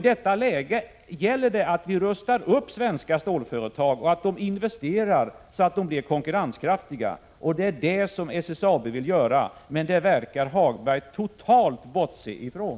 I detta läge gäller det att vi rustar upp svenska stålföretag och ser till att de investerar så att de blir konkurrenskraftiga. Det är detta som SSAB vill göra, men det verkar Lars-Ove Hagberg totalt bortse från.